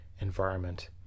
environment